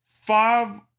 five